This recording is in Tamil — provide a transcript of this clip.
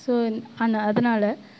ஸோ அண்ட் அதனால